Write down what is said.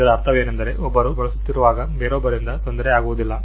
ಇದರ ಅರ್ಥವೇನೆಂದರೆ ಒಬ್ಬರು ಬಳಸುತ್ತಿರುವಾಗ ಬೇರೊಬ್ಬರಿಂದ ತೊಂದರೆ ಆಗುವುದಿಲ್ಲ